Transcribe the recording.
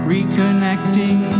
Reconnecting